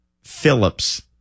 Phillips